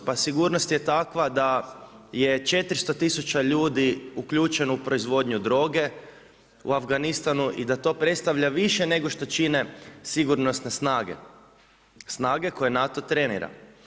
Pa sigurnost je takva da je 400 tisuća ljudi uključeno u proizvodnju droge u Afganistanu i da to predstavlja više nego što čine sigurnosne snage, snage koje NATO trenira.